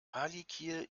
palikir